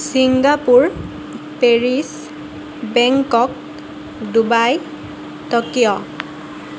Singapore Paris Bangkok Dubai Tokyo